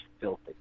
filthy